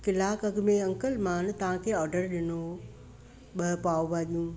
कलाक अॻ में अंकल मां न तव्हांखे ऑडर ॾिनो हुयो ॿ पाव भाॼियूं